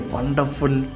Wonderful